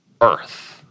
earth